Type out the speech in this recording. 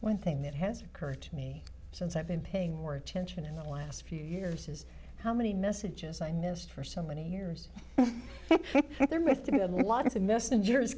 when thing that has occurred to me since i've been paying more attention in the last few years is how many messages i missed for so many years there may be a lot of the messengers